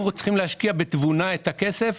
אנחנו צריכים להשקיע את הכסף בתבונה,